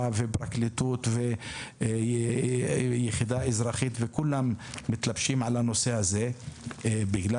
ופרקליטות והיחידה האזרחית וכולם "מתלבשים" על הנושא הזה בגלל